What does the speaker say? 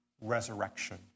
resurrection